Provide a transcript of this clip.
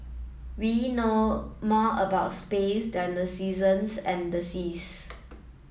we know more about space than the seasons and the seas